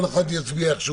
כל אחד יצביע איך שהוא